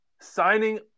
Signing